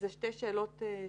אלה שתי שאלות שונות.